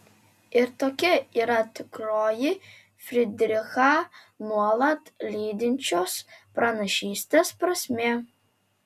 ir tokia yra tikroji frydrichą nuolat lydinčios pranašystės prasmė